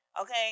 Okay